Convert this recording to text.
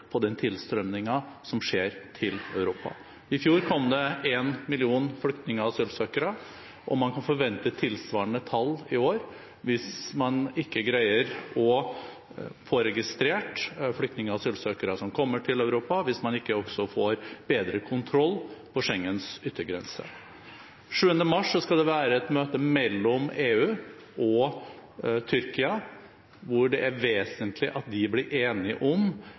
på den tilstrømningen som skjer til Europa. I fjor kom det 1 million flyktninger og asylsøkere, og man kan forvente tilsvarende tall i år hvis man ikke greier å få registrert flyktninger og asylsøkere som kommer til Europa, og hvis man ikke får bedre kontroll på Schengens yttergrenser. Den 7. mars skal det være et møte mellom EU og Tyrkia hvor det er vesentlig at de blir enige om